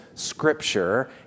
scripture